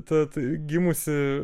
tad gimusi